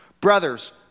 Brothers